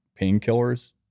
painkillers